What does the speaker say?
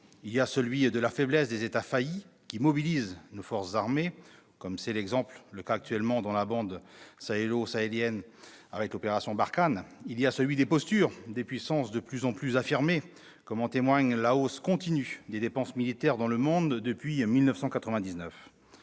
Il y a celui de la faiblesse des États faillis, qui mobilise nos forces armées, comme c'est, par exemple, le cas actuellement dans la bande sahélo-sahélienne, avec l'opération Barkhane. Il y a celui des postures de puissances de plus en plus affirmées, comme en témoigne la hausse continue des dépenses militaires dans le monde depuis 1999.